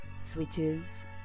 switches